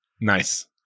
Nice